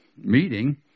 meeting